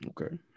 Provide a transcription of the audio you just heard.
Okay